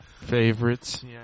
favorites